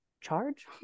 charge